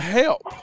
help